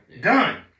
Done